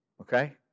Okay